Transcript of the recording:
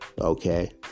Okay